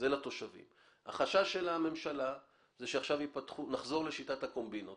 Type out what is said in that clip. החשש של הממשלה הוא שנחזור לשיטת הקומבינות